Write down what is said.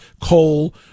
coal